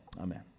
Amen